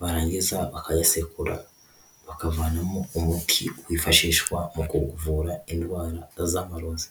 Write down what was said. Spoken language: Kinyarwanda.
barangiza bakayasekura bakavanamo umuti wifashishwa mu kuvura indwara z'amarozi.